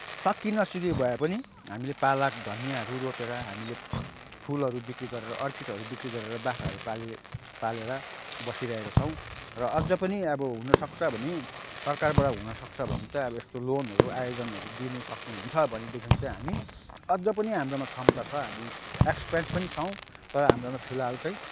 सकि नसकि भएपनि हामीले पालक धनियाँहरू रोपेर हामीले फुलहरू बिक्री गरेर अर्किडहरू बिक्री गरेर बाख्राहरू पालेर बसिरहेका छौँ र अझ पनि अब हुनसक्छ भने सरकारबाट हुनसक्छ भने चाहिँ अब यस्तो लोनहरू आयोजनहरू दिन सक्नुहुन्छ भनेदेखि चाहिँ हामी अझपनि हाम्रोमा क्षमता छ हामी एक्सपिरियन्स पनि छौँ तर हाम्रोमा फिलहाल चाहिँ